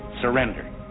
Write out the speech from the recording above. Surrender